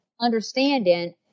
understanding